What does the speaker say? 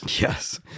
Yes